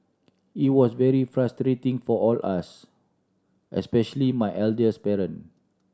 it was very frustrating for all us especially my elderly parent